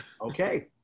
Okay